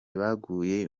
baguye